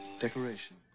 decoration